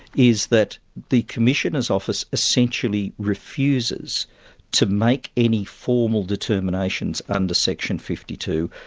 is that the commissioner's office essentially refuses to make any formal determinations under section fifty two,